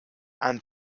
and